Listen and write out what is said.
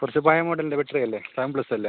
കുറച്ച് പഴയ മോഡലിൻ്റെ ബാറ്ററി അല്ലേ സെവൻ പ്ലസ് അല്ലേ